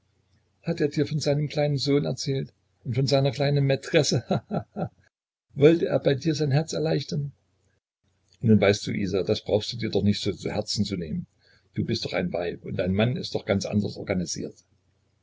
hat er dir von seinem kleinen sohn erzählt und von seiner kleinen maitresse ha ha ha wollte er bei dir sein herz erleichtern nun weißt du isa das brauchst du dir doch nicht so zu herzen zu nehmen du bist doch ein weib und ein mann ist doch ganz anders organisiert